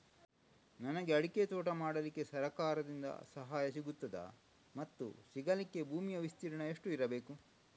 ನನಗೆ ಅಡಿಕೆ ತೋಟ ಮಾಡಲಿಕ್ಕೆ ಸರಕಾರದಿಂದ ಸಹಾಯ ಸಿಗುತ್ತದಾ ಮತ್ತು ಸಿಗಲಿಕ್ಕೆ ಭೂಮಿಯ ವಿಸ್ತೀರ್ಣ ಎಷ್ಟು ಇರಬೇಕು?